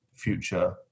future